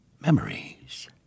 memories